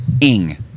ing